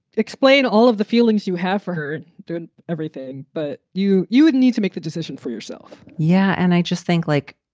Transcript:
explain all of the feelings you have for her. everything. but you you wouldn't need to make the decision for yourself yeah and i just think, like,